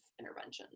interventions